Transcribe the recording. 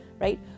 right